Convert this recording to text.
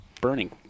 burning